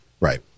Right